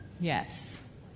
Yes